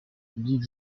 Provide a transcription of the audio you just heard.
publics